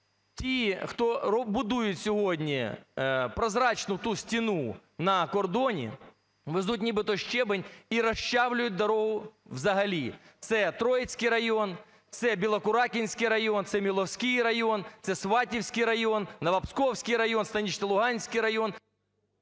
Ті, хто будують сьогодні прозрачну ту стіну на кордоні, везуть нібито щебінь і розчавлюють дорогу взагалі. це Троїцький район, це Білокуракинський район, це Міловський район, це Сватівський район, Новопсковський район, Станично-Луганський район…